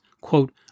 quote